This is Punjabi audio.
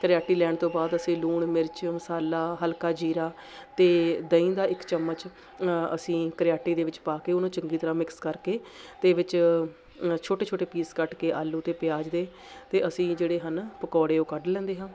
ਕਰਿਆਟੀ ਲੈਣ ਤੋਂ ਬਾਅਦ ਅਸੀਂ ਲੂਣ ਮਿਰਚ ਮਸਾਲਾ ਹਲਕਾ ਜੀਰਾ ਅਤੇ ਦਹੀਂ ਦਾ ਇੱਕ ਚਮਚ ਅਸੀਂ ਕਰਿਆਟੀ ਦੇ ਵਿੱਚ ਪਾ ਕੇ ਉਹਨੂੰ ਚੰਗੀ ਤਰ੍ਹਾਂ ਮਿਕਸ ਕਰਕੇ ਅਤੇ ਵਿੱਚ ਛੋਟੇ ਛੋਟੇ ਪੀਸ ਕੱਟ ਕੇ ਆਲੂ ਅਤੇ ਪਿਆਜ਼ ਦੇ ਅਤੇ ਅਸੀਂ ਜਿਹੜੇ ਹਨ ਪਕੌੜੇ ਉਹ ਕੱਢ ਲੈਂਦੇ ਹਾਂ